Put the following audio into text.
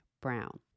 Brown